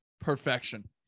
Perfection